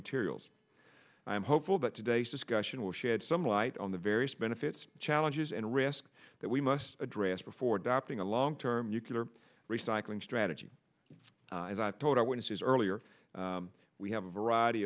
materials i am hopeful that today's discussion will shed some light on the various benefits challenges and risk that we must address before adopting a long term nuclear recycling strategy and i've told our witnesses earlier we have a variety